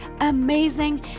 amazing